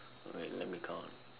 right let me count